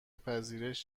پذیرش